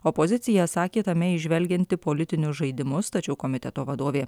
opozicija sakė tame įžvelgianti politinius žaidimus tačiau komiteto vadovė